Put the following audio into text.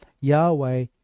Yahweh